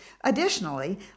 Additionally